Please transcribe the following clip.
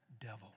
devil